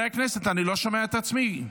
אני לא שומע את עצמי.